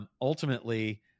ultimately